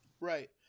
Right